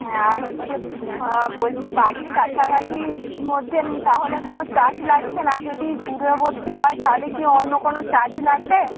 হ্যাঁ আর হচ্ছে বলছি বাড়ির কাছাকাছির মধ্যে তাহলে কোনো চার্জ লাগছে না যদি দূরবর্তী হয় তাহলে কি অন্য কোনো চার্জ লাগবে